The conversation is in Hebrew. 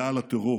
היה על הטרור,